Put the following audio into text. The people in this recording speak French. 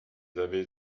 avait